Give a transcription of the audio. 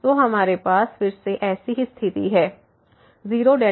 तो हमारे पास फिर से ऐसी ही स्थिति है 0 y